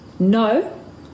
No